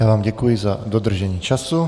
Já vám děkuji za dodržení času.